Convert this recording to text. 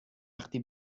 وقتی